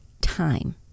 time